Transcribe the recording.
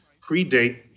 predate